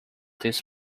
this